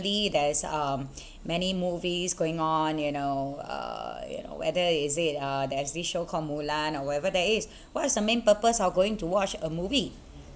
recently there's um many movies going on you know uh you know whether is it uh there's this show called mulan or whatever that is what is the main purpose of going to watch a movie